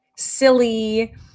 silly